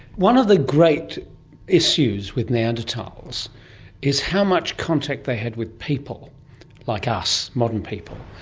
one of the great issues with neanderthals is how much contact they had with people like us, modern people,